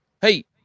Hey